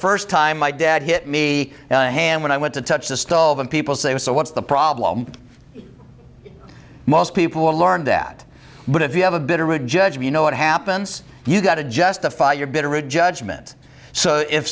first time my dad hit me a hand when i went to touch the stove and people say oh so what's the problem most people will learn that but if you have a bit or would judge me you know what happens you've got to justify your bitter a judgment so if